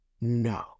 No